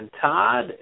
Todd